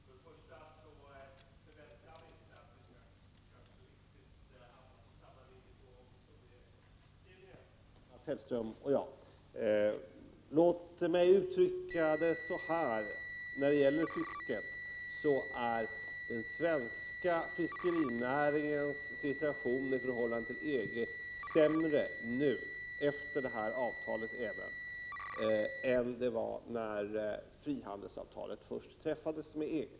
Fru talman! Jag vill göra några reflexioner. Först och främst förväntar jag mig inte att Mats Hellström och jag skall hamna på samma linje i fråga om historiebeskrivningen. Låt mig uttrycka mig så här när det gäller fisket att den svenska fiskerinäringens situation i förhållande till EG är sämre nu efter det här avtalet än den var när frihandelsavtalet först träffades med EG.